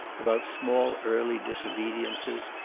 about small early disobediences,